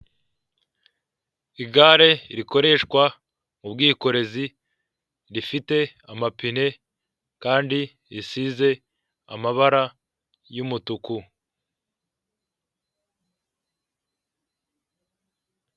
Igare rikoreshwa mu bwikorezi rifite amapine kandi risize amabara y'umutuku.